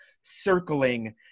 circling